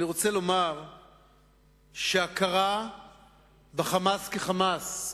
אני רוצה לומר שהכרה ב"חמאס" כ"חמאס",